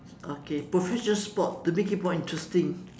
okay professional sport to make it more interesting